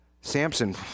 Samson